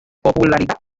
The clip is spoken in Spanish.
popularidad